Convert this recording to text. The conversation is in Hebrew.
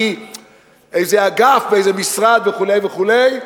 כי איזה אגף באיזה משרד וכו' וכו'.